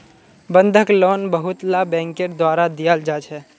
बंधक लोन बहुतला बैंकेर द्वारा दियाल जा छे